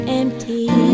empty